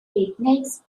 picnics